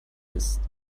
ist